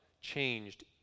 changed